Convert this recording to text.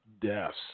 deaths